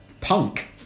punk